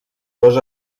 dos